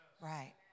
Right